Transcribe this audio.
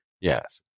Yes